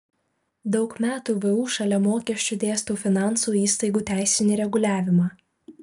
daug metų vu šalia mokesčių dėstau finansų įstaigų teisinį reguliavimą